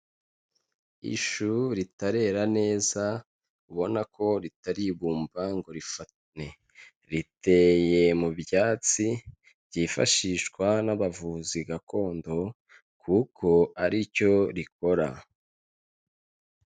Ishu ritarera neza ubona ko ritari ibumba ngo rifatane, riteye mu byatsi byifashishwa n'abavuzi gakondo kuko aricyo rikora.